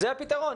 זה הפתרון.